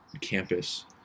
campus